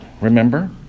remember